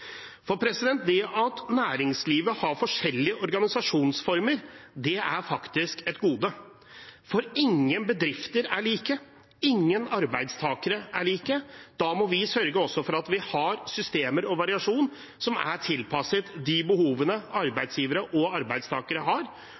Det at næringslivet har forskjellige organisasjonsformer, er faktisk et gode, for ingen bedrifter er like, ingen arbeidstakere er like. Da må vi sørge for at vi har systemer og variasjon som er tilpasset de behovene arbeidsgivere og arbeidstakere har,